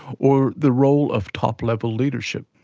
or the role of top-level leadership.